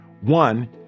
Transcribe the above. One